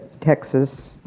Texas